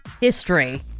history